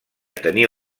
tenir